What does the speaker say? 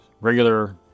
regular